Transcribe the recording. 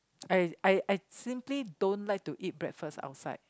I I I simply don't like to eat breakfast outside